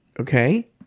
okay